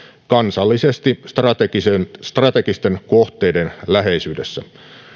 kansallisesti strategisten strategisten kohteiden läheisyydessä